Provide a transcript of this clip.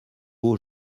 haut